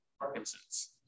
Parkinson's